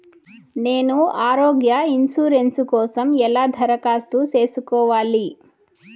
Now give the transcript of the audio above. నేను ఆరోగ్య ఇన్సూరెన్సు కోసం ఎలా దరఖాస్తు సేసుకోవాలి